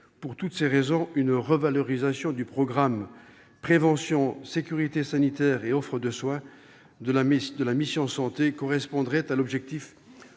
pour toutes ces raisons, une revalorisation du programme « Prévention, sécurité sanitaire et offre de soins » de la mission « Santé » correspondrait à l'objectif